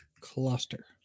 Cluster